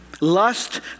Lust